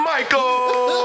Michael